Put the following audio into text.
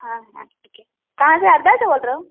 हाँ हाँ ठीक है कहाँ से हरदा से बोल रहे हो